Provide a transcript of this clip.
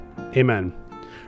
Amen